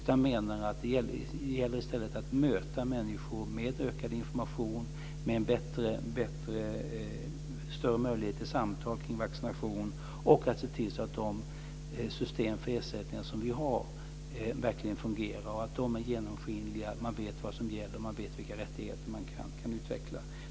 Jag menar att det i stället gäller att möta människor med ökad information och med större möjligheter till samtal kring vaccination. Och det gäller att se till att de system för ersättningar som vi har verkligen fungerar, att de är genomskinliga och att man vet vad som gäller och vet vilka rättigheter man kan utveckla.